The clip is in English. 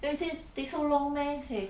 then I say take so long meh say